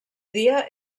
dia